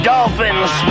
Dolphins